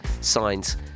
Signs